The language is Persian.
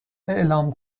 اعلام